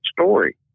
story